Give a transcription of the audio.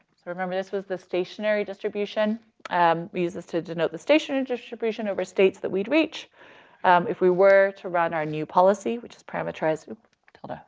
so remember this was the stationary distribution. um we use this to denote the stationary distribution over states that we'd reach um if we were to run our new policy which is parameterized tilde. ah